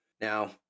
Now